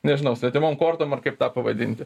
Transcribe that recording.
nežinau svetimom kortom ar kaip tą pavadinti